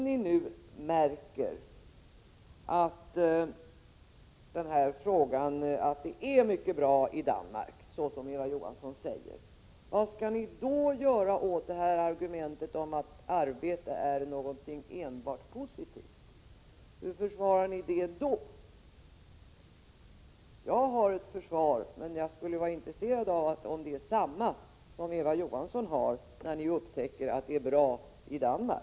Jag undrar: Om ni nu märker att det går mycket bra i Danmark, såsom Eva Johansson säger, vad skall ni då göra åt argumentet att arbete är någonting enbart positivt? Hur försvarar ni det i så fall? Jag har ett försvar, men jag skulle vara intresserad av att få höra om det är samma försvar som Eva Johansson har.